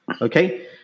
okay